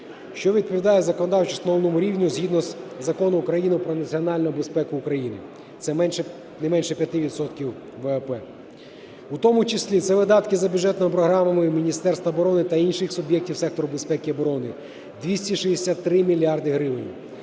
що відповідає законодавчо встановленому рівню згідно з Закону України "Про національну безпеку України", це не менше 5 відсотків ВВП. У тому числі це видатки за бюджетними програмами Міністерства оборони та інших суб'єктів сектору безпеки і оборони – 263 мільярди